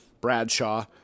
Bradshaw